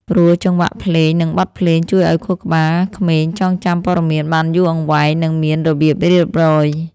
ព្រោះចង្វាក់ភ្លេង និងបទភ្លេងជួយឱ្យខួរក្បាលក្មេងចងចាំព័ត៌មានបានយូរអង្វែង និងមានរបៀបរៀបរយ។